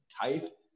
type